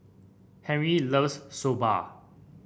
Henri loves Soba